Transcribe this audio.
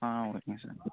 ஆ ஓகேங்க சார்